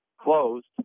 closed